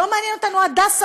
לא מעניין אותנו "הדסה",